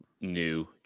new